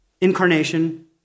incarnation